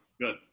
Good